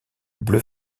bleu